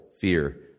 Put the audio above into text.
fear